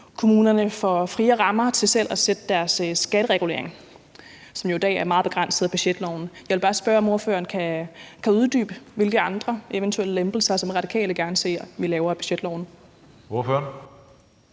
kommunerne får friere rammer til selv at sætte deres skatteregulering, som jo i dag er meget begrænset af budgetloven. Jeg vil bare spørge, om ordføreren kan uddybe, hvilke andre eventuelle lempelser Radikale gerne ser vi laver af budgetloven. Kl.